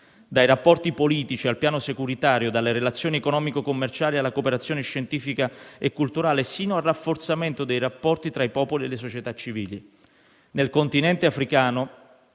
dai rapporti politici al piano securitario, dalle relazioni economico-commerciali alla cooperazione scientifica e culturale, sino al rafforzamento dei rapporti tra i popoli e le società civili. Nel continente africano